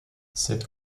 cette